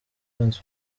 defense